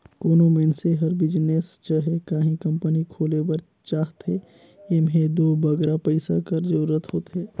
कोनो मइनसे हर बिजनेस चहे काहीं कंपनी खोले बर चाहथे एम्हें दो बगरा पइसा कर जरूरत होथे